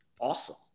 awesome